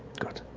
good.